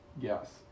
Yes